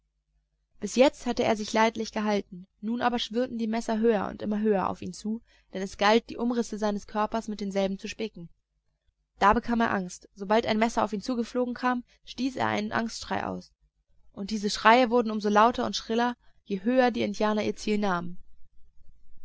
bis jetzt hatte er sich leidlich gehalten nun aber schwirrten die messer höher und immer höher auf ihn zu denn es galt die umrisse seines körpers mit denselben zu spicken da bekam er angst sobald ein messer auf ihn zugeflogen kam stieß er einen angstschrei aus und diese schreie wurden um so lauter und schriller je höher die indianer ihr ziel nahmen